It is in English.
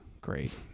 Great